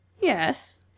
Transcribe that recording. Yes